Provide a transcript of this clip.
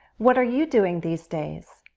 what are you doing these days?